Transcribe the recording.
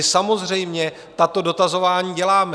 Samozřejmě tato dotazování děláme.